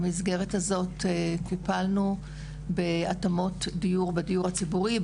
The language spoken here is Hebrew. במסגרת הזאת טיפלנו בהתאמות דיור בדיור הציבורי,